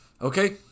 Okay